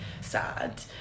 sad